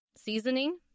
seasoning